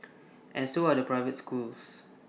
and so are the private schools